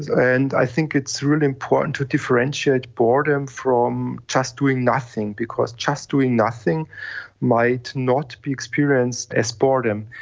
and i think it's really important to differentiate boredom from just doing nothing, because just doing nothing might not be experienced as boredom,